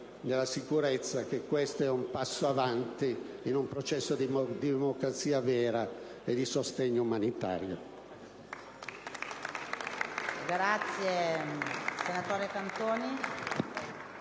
nella sicurezza che questo è un passo avanti in un processo di democrazia vera e di sostegno umanitario.